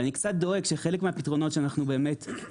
אני קצת דואג מכך שחלק מהפתרונות שאנחנו מדברים